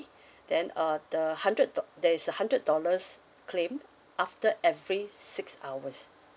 then uh the hundred dol~ there is a hundred dollars claim after every six hours